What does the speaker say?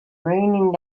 raining